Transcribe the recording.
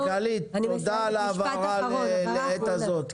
המנכ"לית, תודה על ההבהרה לעת הזאת.